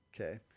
Okay